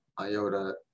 Iota